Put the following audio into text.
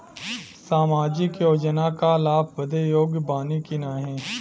सामाजिक योजना क लाभ बदे योग्य बानी की नाही?